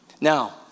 Now